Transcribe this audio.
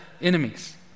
enemies